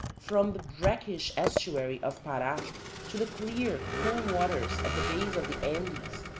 from the brackish estuary of para to the clear, cool waters at the base of the andes,